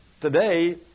Today